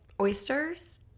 oysters